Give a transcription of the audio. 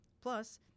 Plus